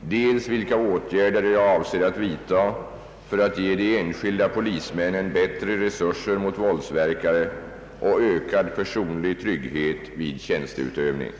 dels vilka åtgärder jag avser att vidta för att ge de enskilda polismännen bättre resurser mot våldsverkare och ökad personlig trygghet vid tjänsteutövning.